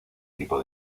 tipo